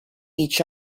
each